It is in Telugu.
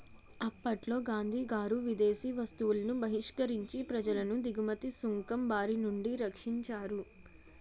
అప్పట్లో గాంధీగారు విదేశీ వస్తువులను బహిష్కరించి ప్రజలను దిగుమతి సుంకం బారినుండి రక్షించారు